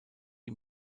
ihm